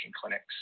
clinics